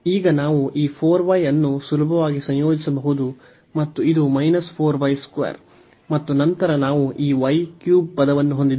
ಈಗ ನಾವು ಈ 4y ಅನ್ನು ಸುಲಭವಾಗಿ ಸಂಯೋಜಿಸಬಹುದು ಮತ್ತು ಇದು ಮತ್ತು ನಂತರ ನಾವು ಈ y 3 ಪದವನ್ನು ಹೊಂದಿದ್ದೇವೆ